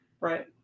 Right